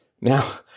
Now